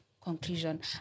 conclusion